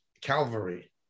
Calvary